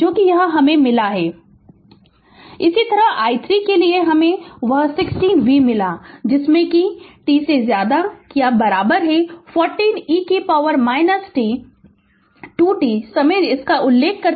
Refer Slide Time 2321 इसी तरह i 3 के लिए हमें वह 60 V मिला जो t के बराबर है और 40 e t 2 t समय इसका उल्लेख करते हुए v x t 60 V